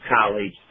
college